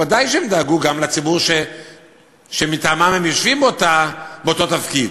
ודאי שהם דאגו גם לציבור שמטעמו הם יושבים באותו תפקיד,